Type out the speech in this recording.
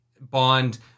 bond